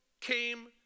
came